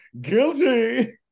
Guilty